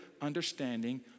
understanding